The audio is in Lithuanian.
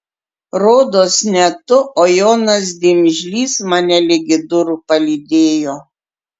rodos ne tu o jonas dimžlys mane ligi durų palydėjo